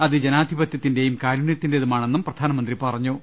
അത് ജനാധിപത്യത്തിന്റെയും കാരുണ്യത്തിന്റേതുമാണെന്നും പ്രധാന മന്ത്രി പറഞ്ഞു